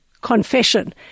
confession